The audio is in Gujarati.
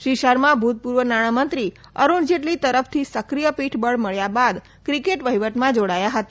શ્રી શર્મા ભૂતપૂર્વ નાણામંત્રી અરૂણ જેટલી તરફથી સક્રિય પીઠબળ મબ્યા બાદ ક્રિકેટ વહીવટમાં જોડાયા હતા